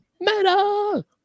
Metal